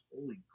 holy